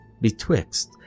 betwixt